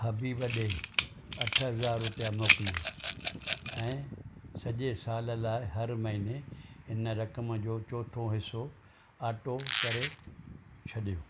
हबीब ॾे अठ हज़ार रुपिया मोकिलियो ऐं सॼे साल लाइ हर महिने हिन रक़म जो चोथों हिसो ऑटो करे छॾियो